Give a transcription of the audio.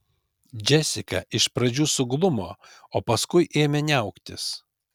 džesika iš pradžių suglumo o paskui ėmė niauktis